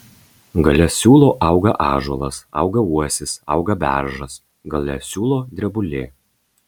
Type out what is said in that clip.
gale siūlo auga ąžuolas auga uosis auga beržas gale siūlo drebulė